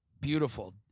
beautiful